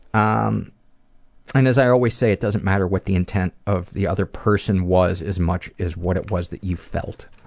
um as i always say, it doesn't matter what the intent of the other person was as much as what it was that you felt.